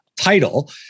title